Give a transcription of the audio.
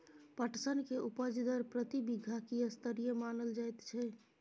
पटसन के उपज दर प्रति बीघा की स्तरीय मानल जायत छै?